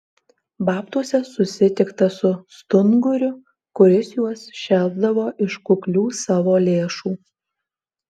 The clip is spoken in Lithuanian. babtuose susitikta su stunguriu kuris juos šelpdavo iš kuklių savo lėšų